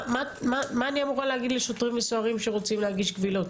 מה אני אמורה להגיד לשוטרים וסוהרים שרוצים להגיש קבילות?